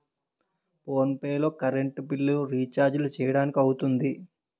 phone pay లో current బిల్లులు, రిచార్జీలు చేయడానికి అవుతుంది